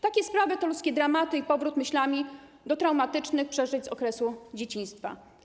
Takie sprawy to ludzkie dramaty i powrót myślami do traumatycznych przeżyć z okresu dzieciństwa.